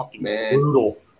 Brutal